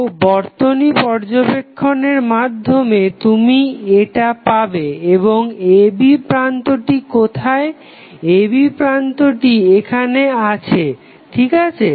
তো বর্তনী পর্যবেক্ষণের মাধ্যমে তুমি এটা পাবে এবং a b প্রান্তটি কোথায় a b প্রান্তটি এখানে আছে ঠিকআছে